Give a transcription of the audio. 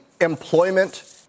employment